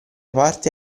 parte